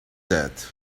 that